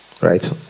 Right